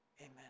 Amen